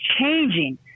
changing